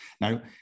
Now